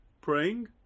praying